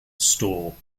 store